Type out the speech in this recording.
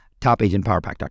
Topagentpowerpack.com